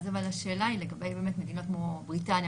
אז השאלה היא לגבי המדינות כמו בריטניה,